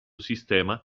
sistema